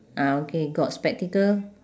ah okay got spectacle